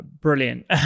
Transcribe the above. brilliant